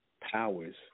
powers